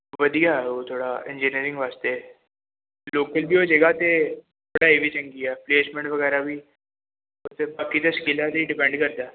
ਵਧੀਆ ਉਹ ਥੋੜ੍ਹਾ ਇੰਜੀਨੀਅਰਿੰਗ ਵਾਸਤੇ ਲੋਕਲ ਵੀ ਹੋ ਜਾਏਗਾ ਅਤੇ ਪੜ੍ਹਾਈ ਵੀ ਚੰਗੀ ਆ ਪਲੇਸਮੈਂਟ ਵਗੈਰਾ ਵੀ ਉੱਥੇ ਬਾਕੀ ਤਾਂ ਸਕਿੱਲਾਂ 'ਤੇ ਹੀ ਡਿਪੈਂਡ ਕਰਦਾ